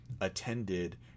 attended